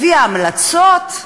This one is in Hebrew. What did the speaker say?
הביאה המלצות,